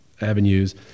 avenues